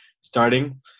starting